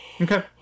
Okay